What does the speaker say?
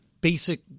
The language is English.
basic